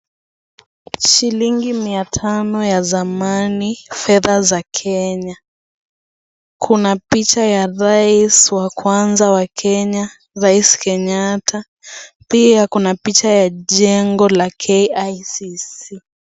Shilingi mia tano ya zamani fedha za Kenya, kuna picha ya rais wa kwanza wa Kenya Rais Kenyatta pia kuna picha ya jengo la KICC.